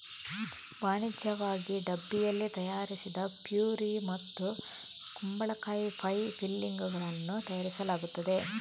ವಾಣಿಜ್ಯಿಕವಾಗಿ ಡಬ್ಬಿಯಲ್ಲಿ ತಯಾರಿಸಿದ ಪ್ಯೂರಿ ಮತ್ತು ಕುಂಬಳಕಾಯಿ ಪೈ ಫಿಲ್ಲಿಂಗುಗಳನ್ನು ತಯಾರಿಸಲಾಗುತ್ತದೆ